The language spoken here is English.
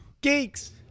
Geeks